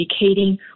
indicating